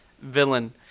villain